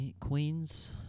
queens